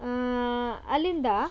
ಅಲ್ಲಿಂದ